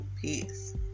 Peace